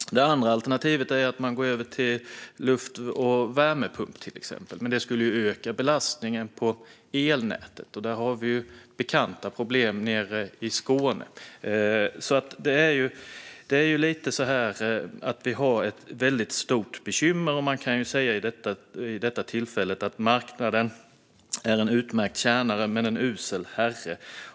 Det andra alternativet är att man går över till luft och värmepump, till exempel. Men det skulle öka belastningen på elnätet, och där har vi bekanta problem nere i Skåne. Vi har alltså ett väldigt stort bekymmer. Man kan i detta sammanhang säga att marknaden är en utmärkt tjänare men en usel herre.